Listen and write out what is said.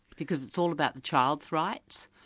because it's all about the child's rights.